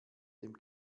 dem